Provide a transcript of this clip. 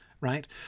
right